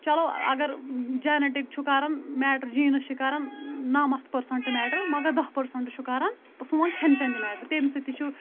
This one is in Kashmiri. چَلو اگر جیٚنٹِک چھُ کَران میٚٹَر جیٖنٕز چھِ کَران نَمَتھ پرسَنٛٹ میٚٹَر مگر دَہ پرسَنٛٹ چھُ کَران سون کھٮ۪ن چھٮ۪ن تہٕ میٹَر تمہِ سۭتۍ تہِ چھُ